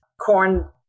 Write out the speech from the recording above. corn